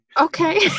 Okay